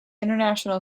international